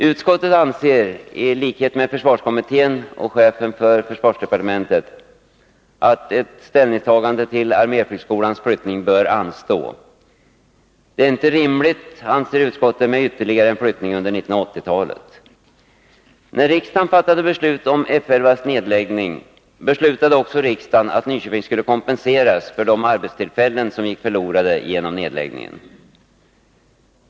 Utskottet anser i likhet med försvarskommittén och chefen för försvarsdepartementet att ett ställningstagande till arméflygskolans flyttning bör anstå. Det är inte rimligt, anser utskottet, med ytterligare en flyttning under 1980-talet. När riksdagen fattade beslut om F 11:s nedläggning beslutade riksdagen också att Nyköping skulle kompenseras för de arbetstillfällen som gick förlorade genom nedläggningen.